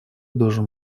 должен